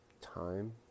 time